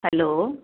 hello